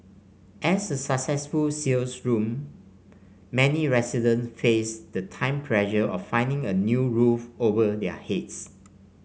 as a successful sales loom many residents face the time pressure of finding a new roof over their heads